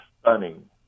stunning